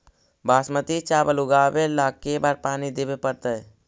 बासमती चावल उगावेला के बार पानी देवे पड़तै?